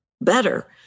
better